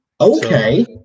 Okay